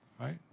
Right